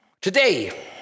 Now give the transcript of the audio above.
Today